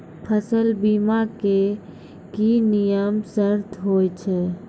फसल बीमा के की नियम सर्त होय छै?